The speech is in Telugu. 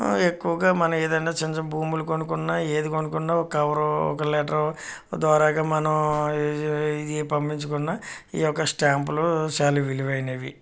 ఎక్కువగా మన ఏదన్న చిన్న చిన్న భూములు కొనుక్కున్న ఏది కొనుకున్నా ఒక కవరు ఒక లెటరు ద్వారాగా మనం ఇది ఇది పంపించుకున్న ఈ యొక్క స్టాంపులు చాలా విలువైనవి